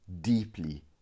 deeply